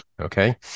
okay